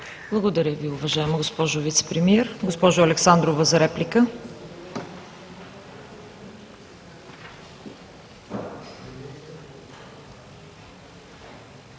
Благодаря Ви, уважаема госпожо Вицепремиер. Госпожо Александрова, заповядайте